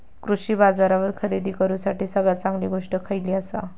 कृषी बाजारावर खरेदी करूसाठी सगळ्यात चांगली गोष्ट खैयली आसा?